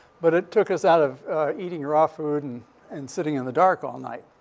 but it took us out of eating raw food and and sitting in the dark all night.